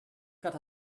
cut